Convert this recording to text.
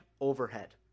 overhead